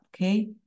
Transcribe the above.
okay